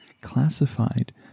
classified